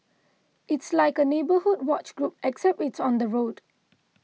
it's like a neighbourhood watch group except it's on the road